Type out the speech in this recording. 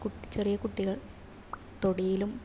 കുട്ടി ചെറിയ കുട്ടികൾ തൊടിയിലും